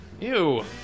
Ew